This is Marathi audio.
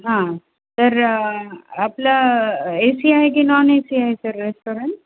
हा तर आपलं ए सी आहे की नॉन ए सी आहे सर रेस्टॉरंट